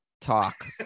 talk